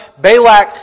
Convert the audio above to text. Balak